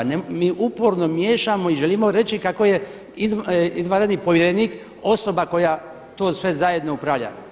Mi uporno miješamo i želimo reći kako je izvanredni povjerenik osoba koja to sve zajedno upravlja.